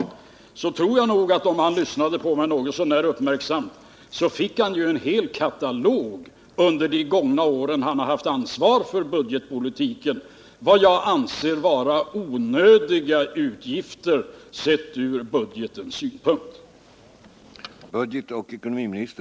Men jag tror att han, om han lyssnade någorlunda uppmärksamt på mig, när det gäller de år under vilka han har haft ansvar för budgetpolitiken fick en hel katalog över utgifter som jag anser vara ur budgetens synpunkt onödiga.